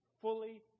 fully